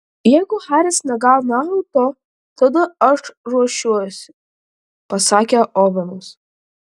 jeigu haris negauna auto tada aš ruošiuosi pasakė ovenas